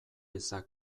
ezak